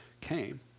came